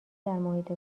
محیط